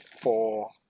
Four